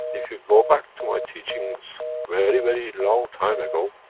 if you go back to my teachings, very, very long time ago.